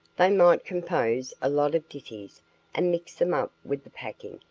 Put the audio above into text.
they might compose a lot of ditties and mix them up with the packing,